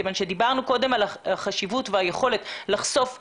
דיברנו קודם על החשיבות ועל היכולת לחשוף הורים,